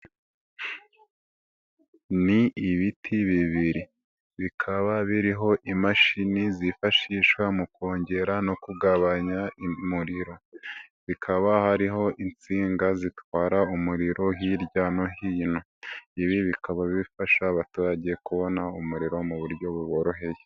Ni ibiti bibiri, bikaba biriho imashini zifashishwa mu kongera no kugabanya umuriro, bikaba biriho insinga zitwara umuriro hirya no hino, ibi bikaba bifasha abaturage kubona umuriro mu buryo buboroheye.